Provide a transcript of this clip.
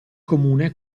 comune